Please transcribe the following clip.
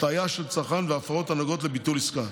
הטעיה של צרכן והפרות הנוגעות לביטול עסקה.